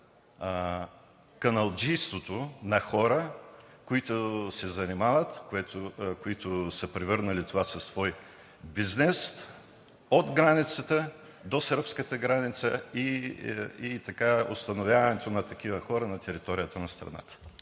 каналджийството на хора, които се занимават, които са превърнали това в свой бизнес – от границата до сръбската граница, и установяването на такива хора на територията на страната.